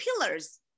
pillars